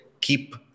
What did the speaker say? keep